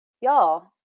y'all